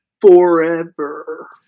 Forever